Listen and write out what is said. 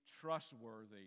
trustworthy